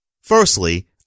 Firstly